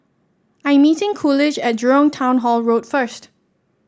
I'm meeting Coolidge at Jurong Town Hall Road first